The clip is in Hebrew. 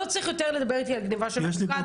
לא צריך יותר לדבר איתי על גניבה של אבוקדו.